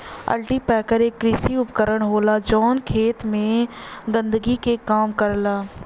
cultipacker एक कृषि उपकरण होला जौन खेत के गंदगी के कम करला